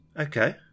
Okay